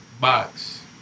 box